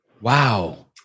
Wow